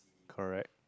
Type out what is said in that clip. correct